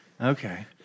Okay